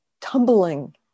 tumbling